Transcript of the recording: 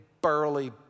burly